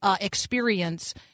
experience